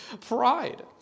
Pride